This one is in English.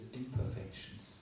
imperfections